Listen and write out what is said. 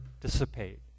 dissipate